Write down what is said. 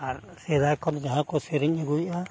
ᱟᱨ ᱥᱮᱫᱟᱭ ᱠᱷᱚᱱ ᱡᱟᱦᱟᱸ ᱠᱚ ᱥᱮᱨᱮᱧ ᱟᱜᱩᱭᱮᱜᱼᱟ